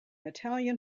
italian